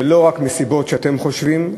ולא רק מסיבות שאתם חושבים,